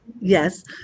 Yes